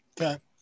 okay